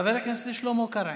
חבר הכנסת שלמה קרעי.